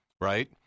right